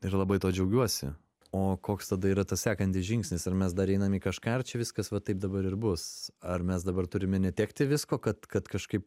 ir labai tuo džiaugiuosi o koks tada yra tas sekantis žingsnis ar mes dar einam į kažką ar čia viskas va taip dabar ir bus ar mes dabar turime netekti visko kad kad kažkaip